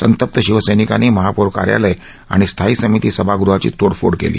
संतप्त झालेल्या शिवसैनिकांनी महापौर कार्यालय आणि स्थायी समिती सभागृहाची तोडफोड केली